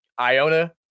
Iona